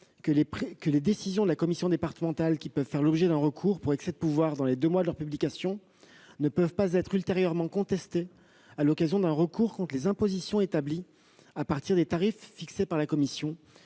que les décisions de la commission départementale, qui peuvent faire l'objet d'un recours pour excès de pouvoir dans les deux mois suivant leur publication, ne peuvent pas être ultérieurement contestées à l'occasion d'un recours contre les impositions établies à partir des tarifs fixés par la Commission